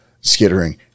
skittering